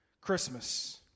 Christmas